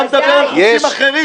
--- אתה מדבר על חוקים אחרים.